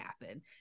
happen